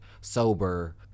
Sober